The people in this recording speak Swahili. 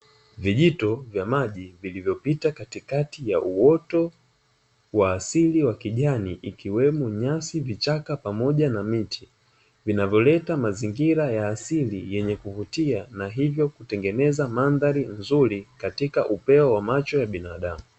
Vijito vya maji vilivyopita katikati ya uoto wa asili wa kijani ikiwemo njasi, vichaka, pamoja na miti. Vinavyoleta mazingira ya asili yenye kuvutia na hivyo kutengeneza mandhari nzuri, na kupendeza katika macho ya binadamu.